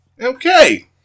Okay